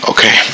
Okay